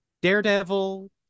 Daredevil